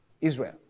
Israel